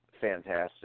fantastic